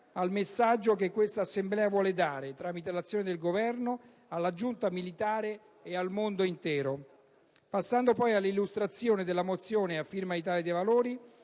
al messaggio che questa Assemblea vuole dare, tramite l'azione del Governo, alla giunta militare e al mondo intero. Passando all'illustrazione della mozione a firma del Gruppo Italia dei Valori,